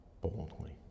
boldly